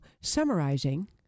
summarizing